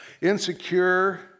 insecure